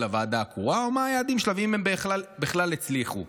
הוועדה הקרואה או מה היעדים שלה ואם הם בכלל הצליחו.